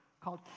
called